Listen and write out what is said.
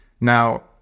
now